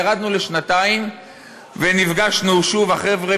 ירדנו לשנתיים ונפגשנו שוב החבר'ה